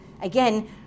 again